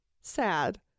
sad